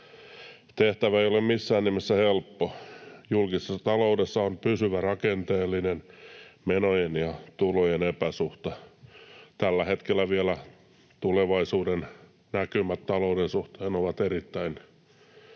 Tehtävä ei ole missään nimessä helppo. Julkisessa taloudessa on pysyvä rakenteellinen menojen ja tulojen epäsuhta. Tällä hetkellä vielä tulevaisuudennäkymät talouden suhteen ovat erittäin